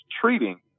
treating